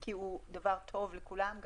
כי הוא דבר טוב לכולם.